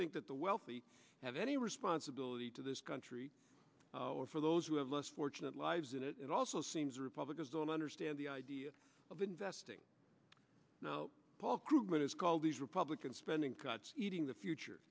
think that the wealthy have any responsibility to this country or for those who have less fortunate lives and it also seems republicans don't understand the idea of investing paul krugman has called these republican spending cuts eating the future